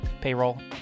payroll